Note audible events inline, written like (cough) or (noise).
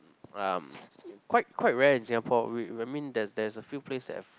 um quite quite rare in Singapore (noise) I mean there there's a few place that have